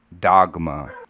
dogma